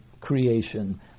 creation